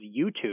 YouTube